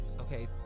okay